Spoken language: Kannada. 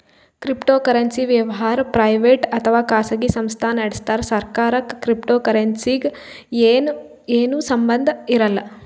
ಕ್ರಿಪ್ಟೋಕರೆನ್ಸಿ ವ್ಯವಹಾರ್ ಪ್ರೈವೇಟ್ ಅಥವಾ ಖಾಸಗಿ ಸಂಸ್ಥಾ ನಡಸ್ತಾರ್ ಸರ್ಕಾರಕ್ಕ್ ಕ್ರಿಪ್ಟೋಕರೆನ್ಸಿಗ್ ಏನು ಸಂಬಂಧ್ ಇರಲ್ಲ್